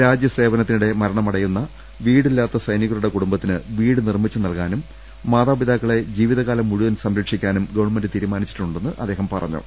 രാജ്യസേവനത്തിനിടെ മരണമടയുന്ന വീടി ല്ലാത്ത സൈനികരുടെ കുടുംബത്തിന് വീട് നിർമ്മിച്ച് നൽകാനും മാതാപിതാക്കളെ ജീവിതകാലം മുഴുവൻ സംര ക്ഷിക്കാനും ഗവൺമെന്റ് തീരുമാനിച്ചിട്ടുണ്ടെന്ന് അദ്ദേഹം പറഞ്ഞു